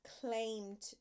claimed